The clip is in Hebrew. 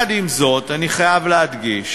עם זאת, אני חייב להדגיש